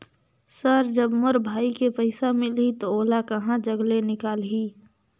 Sir जब मोर भाई के पइसा मिलही तो ओला कहा जग ले निकालिही?